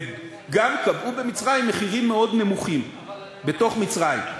וגם קבעו מחירים מאוד נמוכים בתוך מצרים.